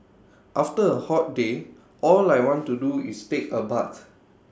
after A hot day all I want to do is take A bath